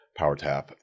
PowerTap